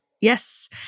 Yes